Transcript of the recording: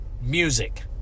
music